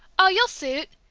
oh, you'll suit,